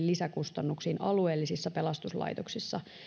lisäkustannuksista alueellisissa pelastuslaitoksissa